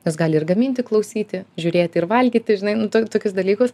jos gali ir gaminti klausyti žiūrėti ir valgyti žinai nu to tokius dalykus